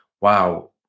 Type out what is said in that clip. wow